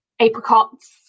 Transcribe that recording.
apricots